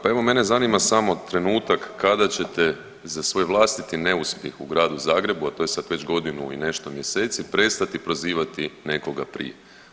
Pa evo mene zanima samo trenutak kada ćete za svoj vlastiti neuspjeh u gradu Zagrebu, a to je sad već godinu i nešto mjeseci prestati prozivati nekoga prije.